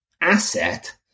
asset